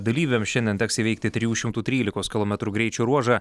dalyviams šiandien teks įveikti trijų šimtų trylikos kilometrų greičio ruožą